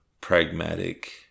pragmatic